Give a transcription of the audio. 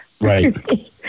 Right